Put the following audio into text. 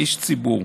איש ציבור.